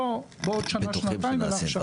לא בעוד שנה-שנתיים אלא עכשיו.